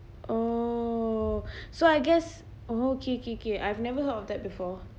oh so I guess oh okay okay okay I've never heard of that before